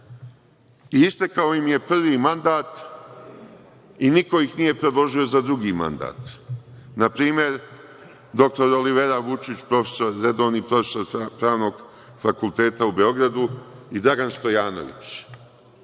Istekao im je prvi mandat i niko ih nije predložio za drugi mandat, na primer dr Olivera Vučić, redovni profesor Pravnog fakulteta u Beogradu i Dragan Stojanović.